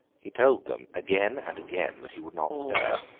he told them, again and again, that he would not stir.